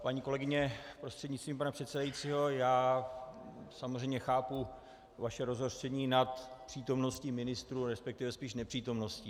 Paní kolegyně, prostřednictvím pana předsedajícího, já samozřejmě chápu vaše rozhořčení nad přítomností ministrů, resp. spíš nepřítomností.